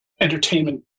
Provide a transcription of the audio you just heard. entertainment